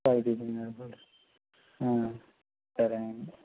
పైడి గంగాధర్ సరే అండి